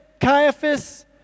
Caiaphas